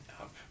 up